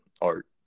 art